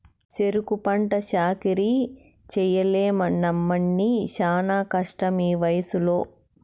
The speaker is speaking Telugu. సెరుకు పంట సాకిరీ చెయ్యలేనమ్మన్నీ శానా కష్టమీవయసులో